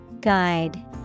Guide